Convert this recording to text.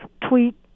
tweet